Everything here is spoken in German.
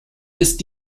ist